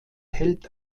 held